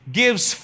gives